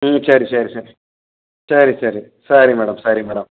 ம் சரி சரி சரி சரி சரி சரி மேடம் சரி மேடம்